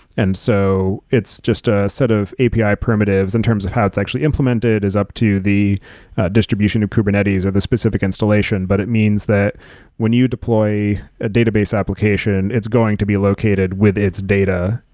and so, it's just a set of api primitives. in terms of how it's actually implemented is up to the distribution of kubernetes or the specific installation, but it means that when you deploy a database application, it's going to be located with its data.